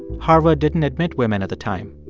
harvard didn't admit women at the time.